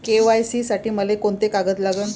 KYC साठी मले कोंते कागद लागन?